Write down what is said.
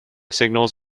signals